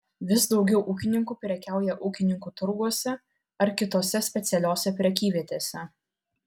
vis daugiau ūkininkų prekiauja ūkininkų turguose ar kitose specialiose prekyvietėse